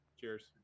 cheers